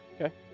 Okay